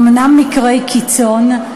אומנם מקרי קיצון,